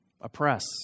oppress